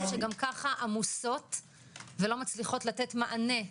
שגם ככה עמוסות ולא מצליחות לתת מענה.